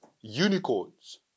Unicorns